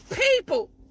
people